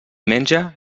menja